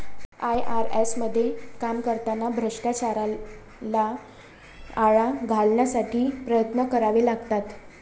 IRS मध्ये काम करताना भ्रष्टाचाराला आळा घालण्यासाठी प्रयत्न करावे लागतात